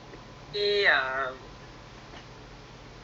ya so macam mana you tahu ni Q tinggal kat boon keng